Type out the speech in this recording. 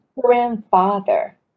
grandfather